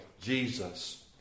Jesus